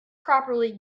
properly